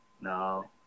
no